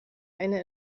eine